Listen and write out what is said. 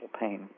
pain